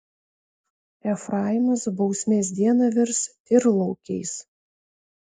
efraimas bausmės dieną virs tyrlaukiais